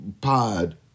pod